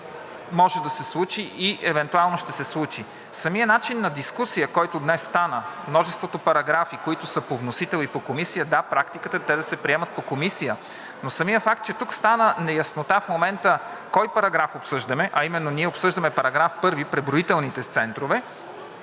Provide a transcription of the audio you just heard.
може да се случи и евентуално ще се случи. Самият начин на дискусия, който днес стана, множеството параграфи, които са по вносител и по Комисията – да, практиката те да се приемат по Комисията, но самият факт, че тук стана неяснота в момента кой параграф обсъждаме, а именно ние обсъждаме § 1 – преброителните центрове,